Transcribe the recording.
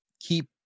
keep